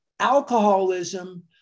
Alcoholism